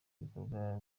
ibikorwa